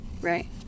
Right